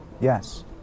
Yes